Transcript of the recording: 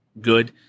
good